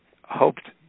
hoped